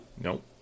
Nope